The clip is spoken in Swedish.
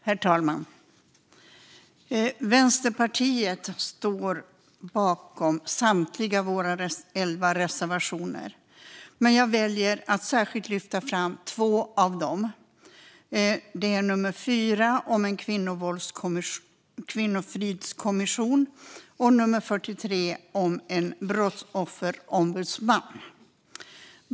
Herr talman! Vänsterpartiet står bakom samtliga av våra elva reservationer. Men jag väljer att lyfta fram särskilt två av dem. Det är nummer 4 om en kvinnofridskommission och nummer 42 om en brottsofferombudsman.